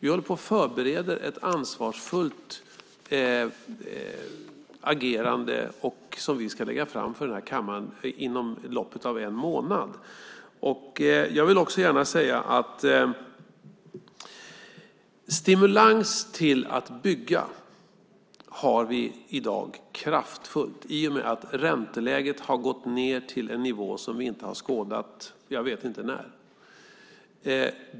Vi förbereder ett ansvarsfullt agerande som vi ska lägga fram för kammaren inom loppet av en månad. Jag vill också gärna säga att vi i dag har kraftfulla stimulanser att bygga i och med att räntan har gått ned till en nivå som vi inte har skådat på jag vet när.